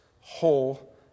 whole